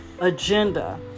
agenda